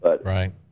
right